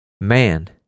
Man